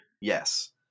Yes